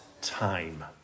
time